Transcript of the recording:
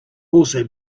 also